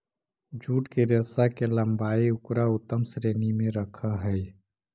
jute के रेशा के लम्बाई उकरा उत्तम श्रेणी में रखऽ हई